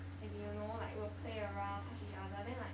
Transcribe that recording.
as in you know like will play around touch each other then like